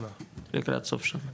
לקראת סוף שנה,